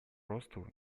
росту